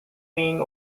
being